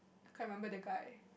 can't remember that guy